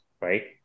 right